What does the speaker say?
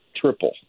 triple